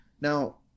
Now –